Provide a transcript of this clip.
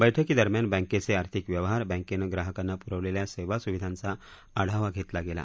बैठकीदरम्यान बँकेचे आर्थिक व्यवहार बँकेनं ग्राहकांना पुरवलेल्या सेवा सुविधांचा आढावा घेतला गेला